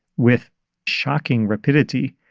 with shocking rapidity,